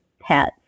pets